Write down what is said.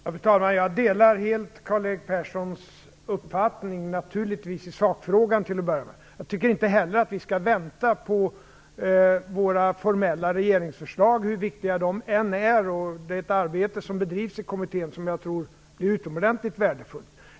Fru talman! Jag delar naturligtvis helt Karl-Erik Perssons uppfattning i sakfrågan. Jag tycker inte heller att vi skall vänta på formella regeringsförslag, hur viktiga de än är. Det arbete som bedrivs i kommittén tror jag blir utomordentligt värdefullt.